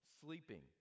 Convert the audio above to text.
sleeping